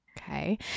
Okay